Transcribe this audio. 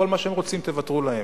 כל מה שהם רוצים, תוותרו להם.